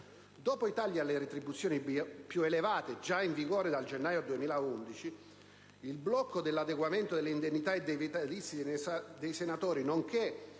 Dopo i tagli alle retribuzioni più elevate, già in vigore dal gennaio 2011, il blocco dell'adeguamento dell'indennità e dei vitalizi dei senatori, nonché